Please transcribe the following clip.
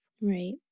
Right